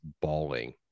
bawling